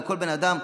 לכל בן אדם,